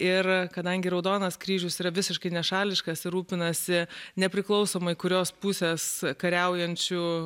ir kadangi raudonas kryžius yra visiškai nešališkas rūpinasi nepriklausomai kurios pusės kariaujančių